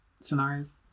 scenarios